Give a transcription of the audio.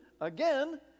again